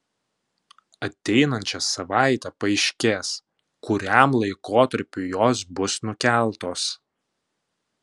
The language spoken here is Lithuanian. ateinančią savaitę paaiškės kuriam laikotarpiui jos bus nukeltos